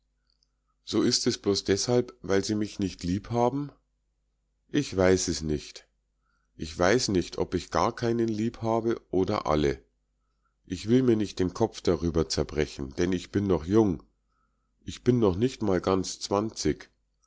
so ist es bloß deshalb weil sie mich nicht lieb haben ich weiß es nicht ich weiß nicht ob ich gar keinen lieb habe oder alle ich will mir nicht den kopf darüber zerbrechen denn ich bin noch jung ich bin noch nicht mal ganz zwanzig